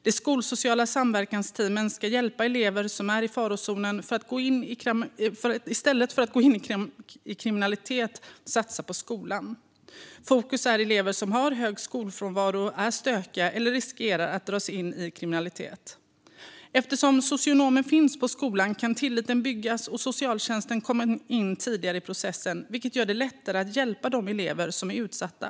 De skolsociala samverkansteamen ska hjälpa elever som är i farozonen att gå in i kriminalitet att i stället satsa på skolan. Fokus är elever som har hög skolfrånvaro, är stökiga eller riskerar att dras in i kriminalitet. Eftersom socionomen finns på skolan kan tilliten byggas och socialtjänsten komma in tidigare i processen, vilket gör det lättare att hjälpa de elever som är utsatta.